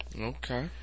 Okay